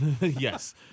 Yes